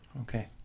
okay